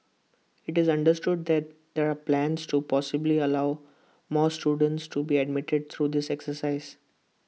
IT is understood that there are plans to possibly allow more students to be admitted through this exercise